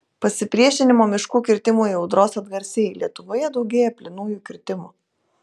pasipriešinimo miškų kirtimui audros atgarsiai lietuvoje daugėja plynųjų kirtimų